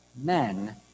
men